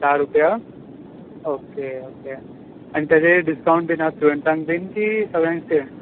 धा रुपया okay okay आनी तेजेय डिस्कावन्ट बीन हां स्टुडंटसांक बी की सगल्यांक सेम